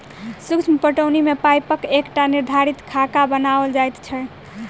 सूक्ष्म पटौनी मे पाइपक एकटा निर्धारित खाका बनाओल जाइत छै